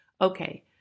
Okay